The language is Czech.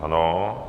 Ano.